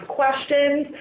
questions